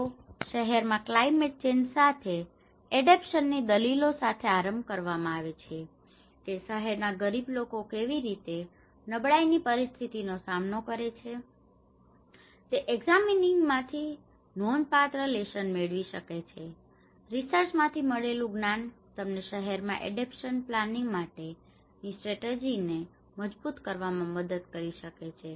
તેઓ શહેર માં ક્લાયમેટ ચેન્જ સાથે એડેપ્ટેશન ની દલીલો સાથે આરંભ કરવામાં આવ્યો છે કે શહેરના ગરીબ લોકો કેવી રીતે નબળાઈ ની પરિસ્થિતિ નો સામનો કરે છે તે એક્ઝામિનીંગ માંથી નોંધપાત્ર લેસન મેળવી શકાય છે રિસર્ચ માંથી મળેલું જ્ઞાન તમને શહેરોમાં એડેપ્ટેશન પ્લાનિંગ માટે ની સ્ટ્રેટર્જી ને મજબૂત કરવામાં મદદ કરી શકે છે